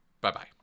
Bye-bye